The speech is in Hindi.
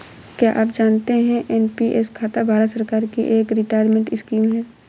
क्या आप जानते है एन.पी.एस खाता भारत सरकार की एक रिटायरमेंट स्कीम है?